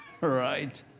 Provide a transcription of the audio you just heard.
right